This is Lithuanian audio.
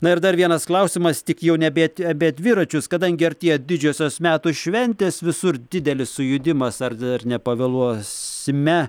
na ir dar vienas klausimas tik jau nebe apie dviračius kadangi artėja didžiosios metų šventės visur didelis sujudimas ar ar nepavėluosime